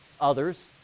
Others